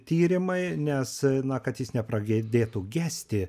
tyrimai nes na kad jis nepragiedėtų gesti